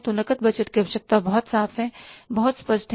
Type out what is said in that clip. तो नकद बजट की आवश्यकता बहुत साफ है बहुत स्पष्ट है